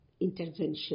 intervention